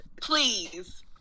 Please